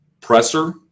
Presser